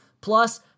Plus